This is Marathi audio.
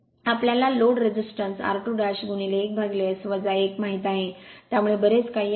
आम्हाला लोड प्रतिरोध r2 1S 1 माहित आहे त्यामुळे बरेच काही आहे